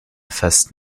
face